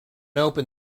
open